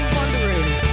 wondering